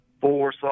four